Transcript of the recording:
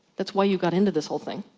that's why you got into this whole thing.